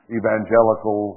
evangelical